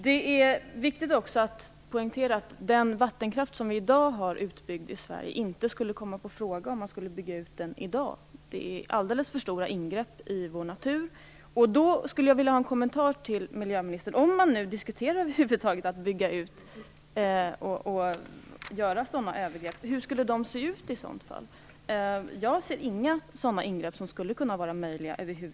Det är också viktigt att poängtera att den vattenkraft som redan är utbyggd i Sverige inte i dag skulle komma i fråga för en utbyggnad. Det är alldeles för stora ingrepp i vår natur. Jag skulle vilja ha en kommentar av miljöministern. Hur skulle det se ut om man skulle bygga ut och göra sådana övergrepp? Jag ser inte att några ingrepp över huvud taget skulle vara möjliga.